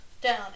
down